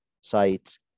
sites